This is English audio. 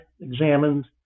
examined